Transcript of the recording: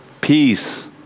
peace